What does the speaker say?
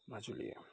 Majuli